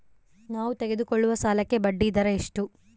ನಾವು ತೆಗೆದುಕೊಳ್ಳುವ ಸಾಲಕ್ಕೆ ಬಡ್ಡಿದರ ಎಷ್ಟು?